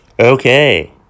Okay